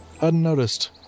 Unnoticed